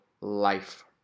life